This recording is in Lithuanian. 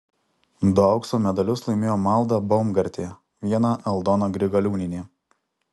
du aukso medalius laimėjo malda baumgartė vieną aldona grigaliūnienė